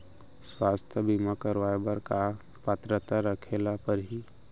स्वास्थ्य बीमा करवाय बर का पात्रता रखे ल परही?